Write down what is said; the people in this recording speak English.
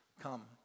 come